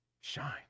shine